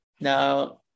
Now